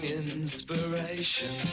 inspiration